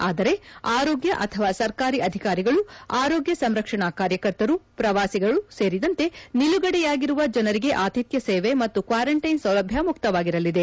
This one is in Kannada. ಆದರೆ ಆರೋಗ್ಯ ಅಥವಾ ಸರ್ಕಾರಿ ಅಧಿಕಾರಿಗಳು ಆರೋಗ್ಯ ಸಂರಕ್ಷಣಾ ಕಾರ್ಯಕರ್ತರು ಪ್ರವಾಸಿಗಳು ಸೇರಿದಂತೆ ನಿಲುಗಡೆಯಾಗಿರುವ ಜನರಿಗೆ ಆತಿಥ್ಯ ಸೇವೆ ಮತ್ತು ಕ್ಲಾರಂಟ್ಟಿನ್ ಸೌಲಭ್ಯ ಮುಕ್ತವಾಗಿರಲಿದೆ